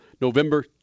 November